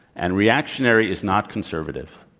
and reactionary is not conservative.